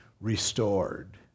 restored